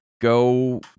go